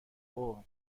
اوه